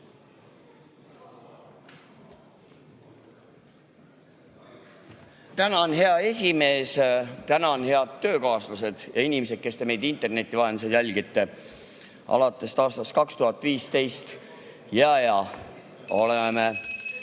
Tänan, hea esimees! Head töökaaslased ja inimesed, kes te meid interneti vahendusel jälgite! Alates aastast 2015 (Juhataja